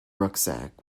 rucksack